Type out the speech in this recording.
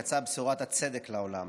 יצאה בשורת הצדק לעולם,